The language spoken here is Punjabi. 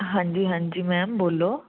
ਹਾਂਜੀ ਹਾਂਜੀ ਮੈਮ ਬੋਲੋ